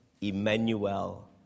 Emmanuel